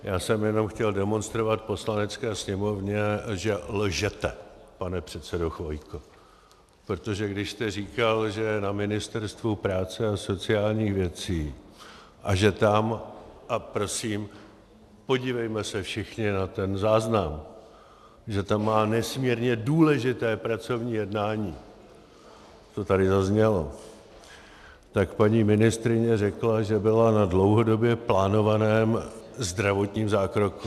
Já jsem jenom chtěl demonstrovat Poslanecké sněmovně, že lžete, pane předsedo Chvojko, protože když jste říkal, že na Ministerstvu práce a sociálních věcí a že tam a prosím, podívejme se všichni na ten záznam má nesmírně důležité pracovní jednání, to tady zaznělo, tak paní ministryně řekla, že byla na dlouhodobě plánovaném zdravotním zákroku.